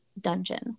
dungeon